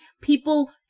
People